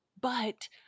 But-